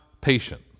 patient